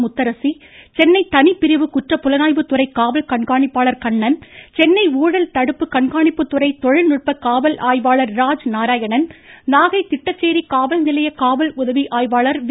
முத்தரசி சென்னை தனிப்பிரிவு குற்ற புலனாய்வு துறை காவல் கண்காணிப்பாளர் கண்ணன் சென்னை ஊழல் தடுப்பு கண்காணிப்புத்துறை தொழில்நுட்ப காவல் ஆய்வாளர் ராஜ் நாராயணன் நாகை திட்டசோி காவல்நிலைய காவல் உதவி ஆய்வாளர் வி